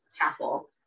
tackle